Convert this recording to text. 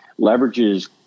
leverages